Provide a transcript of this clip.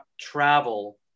travel